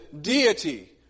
deity